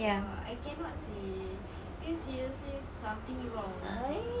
ya I cannot seh dia seriously something wrong with her